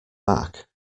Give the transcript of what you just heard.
back